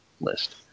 list